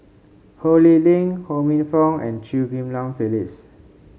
Ho Lee Ling Ho Minfong and Chew Ghim Lian Phyllis